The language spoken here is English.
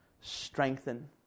strengthen